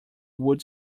would